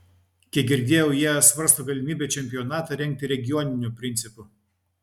kiek girdėjau jie svarsto galimybę čempionatą rengti regioniniu principu